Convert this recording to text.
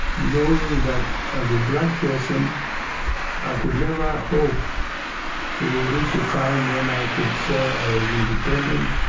knowing that as a black person i could never hope to reach a time when i could say i was independent,